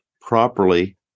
properly